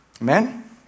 Amen